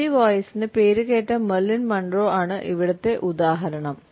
ബ്രീത്തി വോയിസ്ന് പേരുകേട്ട Marilyn Monroe ആണ് ഇവിടുത്തെ ഉദാഹരണം